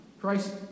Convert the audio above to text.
Christ